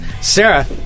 Sarah